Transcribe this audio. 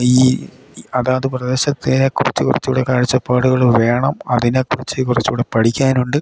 ഈ അതാത് പ്രദേശത്തിനെ കുറിച്ചു കുറച്ചു കൂടെ കാഴ്ചപ്പാട്കൾ വേണം അതിനെ കുറിച്ചു കുറച്ചു കൂടെ പഠിക്കാനുണ്ട്